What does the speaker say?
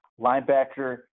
Linebacker